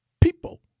people